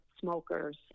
smokers